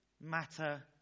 matter